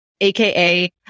aka